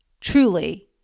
truly